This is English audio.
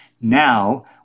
Now